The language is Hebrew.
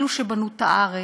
אלו שבנו את הארץ,